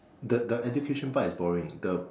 the the education part is boring the